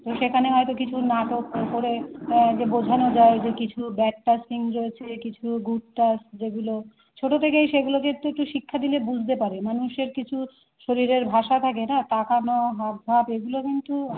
তো সেখানে হয়তো কিছু নাটক করে যে বোঝানো যায় যে কিছু ব্যাড টাচ কিছু গুড টাচ যেগুলো ছোটো থেকেই সেগুলোকে একটু একটু শিক্ষা দিলে বুঝতে পারে মানুষের কিছু শরীরের ভাষা থাকে না তাকানো হাব ভাব এগুলো কিন্তু